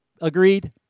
Agreed